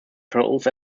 turtles